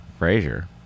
Frasier